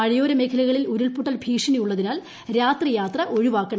മലയോര മേഖലകളിൽ ഉരുൾപൊട്ടൽ ഭീഷണിയുള്ളതിനാൽ രാത്രി യാത്ര ഒഴിവാക്കണം